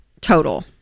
total